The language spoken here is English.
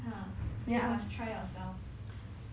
orh